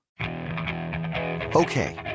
Okay